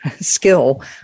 skill